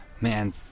man